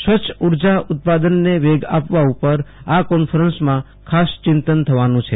સ્વચ્છ ઉર્જા ઉત્પાદનને વેગ આપવા ઉપર આ કોન્ફરન્સમાં ખાસ ચિંતન થવાનું છે